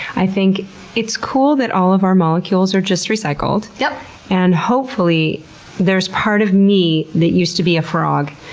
i think it's cool that all of our molecules are just recycled. yeah and hopefully there's part of me that used to be a frog,